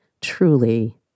truly